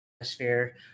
atmosphere